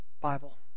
Bible